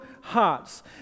Hearts